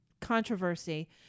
Controversy